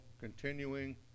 continuing